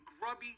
grubby